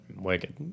Wicked